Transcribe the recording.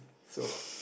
so